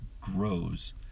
grows